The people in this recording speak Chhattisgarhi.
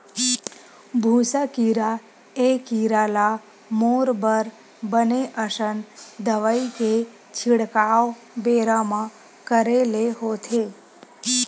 भूसा कीरा ए कीरा ल मारे बर बने असन दवई के छिड़काव बेरा म करे ले होथे